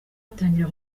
atangira